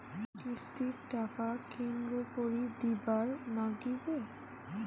কিস্তির টাকা কেঙ্গকরি দিবার নাগীবে?